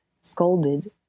scolded